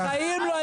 בכאב שלו,